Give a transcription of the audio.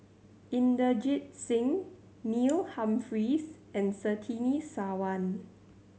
Inderjit Singh Neil Humphreys and Surtini Sarwan